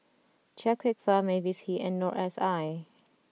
Chia Kwek Fah Mavis Hee and Noor S I